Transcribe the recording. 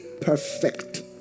perfect